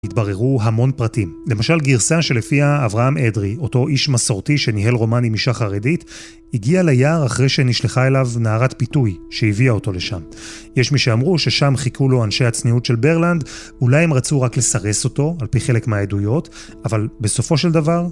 התבררו המון פרטים. למשל גרסה שלפיה אברהם אדרי, אותו איש מסורתי שניהל רומן עם אישה חרדית, הגיע ליער אחרי שנשלחה אליו נערת פיתוי שהביאה אותו לשם. יש מי שאמרו ששם חיכו לו אנשי הצניעות של ברלנד, אולי הם רצו רק לסרס אותו, על פי חלק מהעדויות, אבל בסופו של דבר